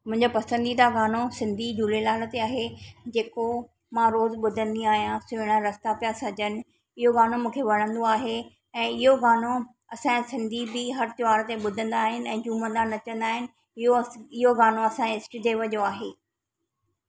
मुंहिंजो पसंदीदा गानो सिंधी झूलेलाल ते आहे जेको मां रोज़ु ॿुधंदी आहियां सुहिणा रस्ता पिया सॼनि इहो गानो मूंखे वणंदो आहे ऐं इहो गानो असांजा सिंधी बि हर त्योहार ते ॿुधंदा आहिनि ऐं झूमंदा नचंदा आहिनि इहो अस इहो गानो असांजे इष्ट देव जो आहे